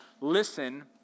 listen